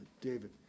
David